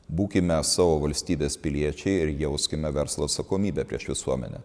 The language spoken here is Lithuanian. būkime savo valstybės piliečiai ir jauskime verslo atsakomybę prieš visuomenę